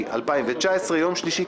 7.10.2019; יום שלישי,